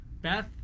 Beth